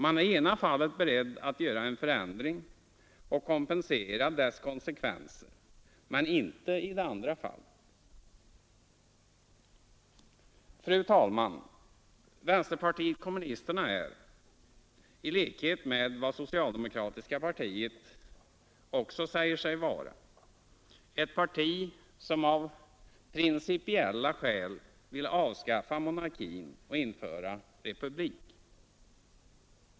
Man är i ena fallet beredd att göra en förändring och kompensera dess konsekvenser, men inte i det andra fallet. Fru talman! Vänsterpartiet kommunisterna är, i likhet med vad socialdemokratiska partiet säger sig vara, ett parti som av principiella skäl vill avskaffa monarkin och införa republik.